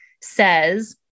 says